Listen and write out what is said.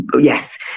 yes